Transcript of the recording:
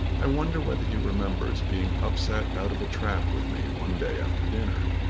i wonder whether he remembers being upset out of a trap with me one day after dinner.